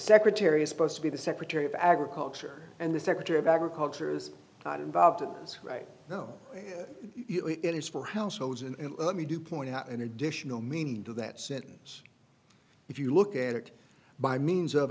secretary is supposed to be the secretary of agriculture and the secretary of agriculture is not involved right now it is for households and let me do point out an additional meaning to that sentance if you look at it by means of